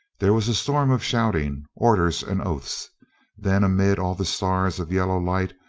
there was a storm of shouting, orders and oaths then, amid all the stars of yellow light,